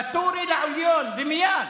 ואטורי לעליון ומייד.